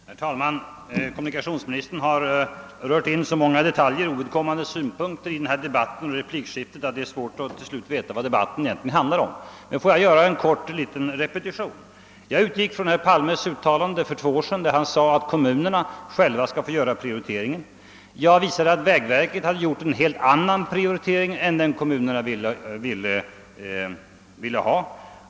Herr talman! Kommunikationsministern har rört in så många detaljer och ovidkommande synpunkter i denna debatt, att det till slut blivit svårt att veta vad den egentligen handlar om. Får jag göra en kort repetition! Jag utgick från herr Palmes uttalan de för två år sedan, där han sade att kommunerna själva skall få göra prioriteringen. Jag påvisade att vägverket gjort en helt annan prioritering än den kommunerna ville ha.